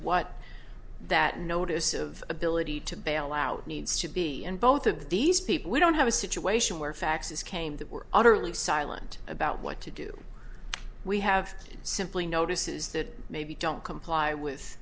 what that notice of ability to bail out needs to be and both of these people we don't have a situation where faxes came that were utterly silent about what to do we have simply notices that maybe don't comply with